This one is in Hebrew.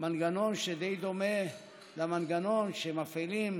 מנגנון שדי דומה למנגנון שמפעילים